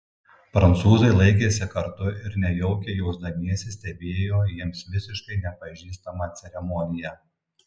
prancūzai laikėsi kartu ir nejaukiai jausdamiesi stebėjo jiems visiškai nepažįstamą ceremoniją